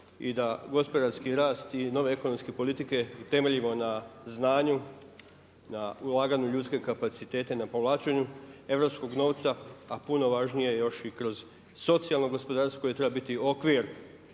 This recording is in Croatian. i da gospodarski rast i nove ekonomske politike temeljimo na znanju, na ulaganju ljudskih kapaciteta i na povlačenju europskog novca, a puno važnije još i kroz socijalno gospodarstvo koje treba biti okvir